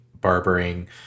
barbering